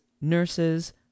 nurses